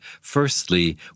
firstly